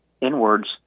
inwards